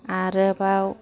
आरोबाव